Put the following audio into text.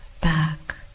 back